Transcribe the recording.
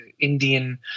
Indian